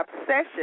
obsession